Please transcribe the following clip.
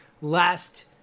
last